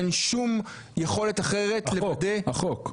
אין שום יכולת אחרת לוודא --- החוק.